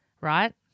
right